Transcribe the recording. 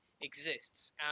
exists